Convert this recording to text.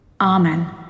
amen